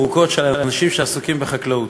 אנשים שעוסקים שנים ארוכות בחקלאות.